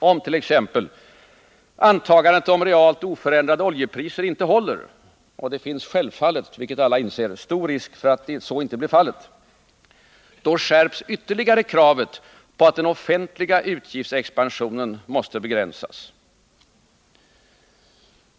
Om t.ex. antagandet om realt oförändrade oljepriser inte håller — och det finns självfallet, vilket alla inser, stor risk för att så blir fallet — skärps ytterligare kravet på att den offentliga utgiftsexpansionen måste begränsas.